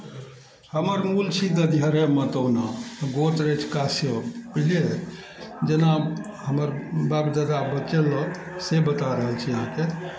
हमर मूल छी ददिहरे मतौना गोत्र ऐछ काश्यप बुझलियै जेना हमर बाप दादा बचेलक से बता रहल छी अहाँके